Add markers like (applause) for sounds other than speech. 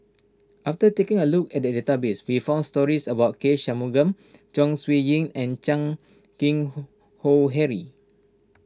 after taking a look at the database we found stories about K Shanmugam Chong Siew Ying and Chan Keng (noise) Howe Harry